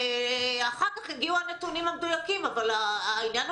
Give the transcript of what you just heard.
אחר כך יגיעו הנתונים המדויקים אבל העניין הוא